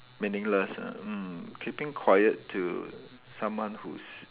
meaningless ah mm keeping quiet to someone who's